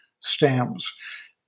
stamps